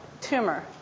tumor